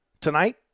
Tonight